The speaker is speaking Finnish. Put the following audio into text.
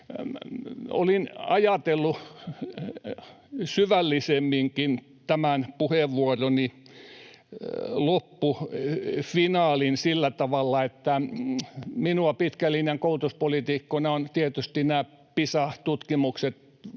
olin ajatellut syvällisemminkin tämän puheenvuoroni loppufinaalin sillä tavalla, että minua pitkän linjan koulutuspoliitikkona ovat tietysti lähellä nämä Pisa-tutkimukset,